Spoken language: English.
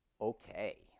Okay